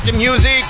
Music